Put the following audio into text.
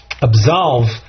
absolve